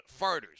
farters